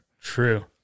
True